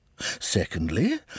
Secondly